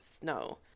snow